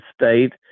state